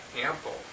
ample